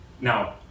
Now